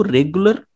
regular